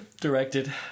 Directed